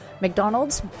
McDonald's